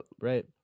right